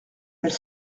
elle